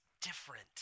different